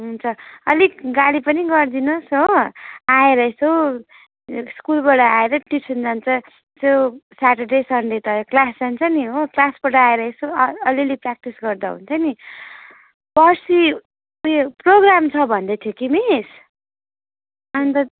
हुन्छ अलिक गाली पनि गरिदिनु होस् हो आएर यसो स्कुलबाट आएर ट्युसन जान्छ त्यो सटरडे सनडे क्लास जान्छ नि हो क्लासबाट आएर यसो अलिअलि प्र्याक्टिस गर्दा हुन्छ नि पर्सि उयो प्रोग्राम छ भन्दै थियो कि मिस अन्त